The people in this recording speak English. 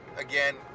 again